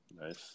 nice